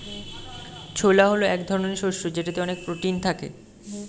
ছোলা হল এক ধরনের শস্য যেটাতে অনেক প্রোটিন থাকে